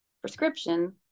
prescription